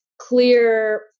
clear